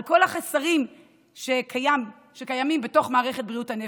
על כל החסרים שקיימים בתוך מערכת בריאות הנפש,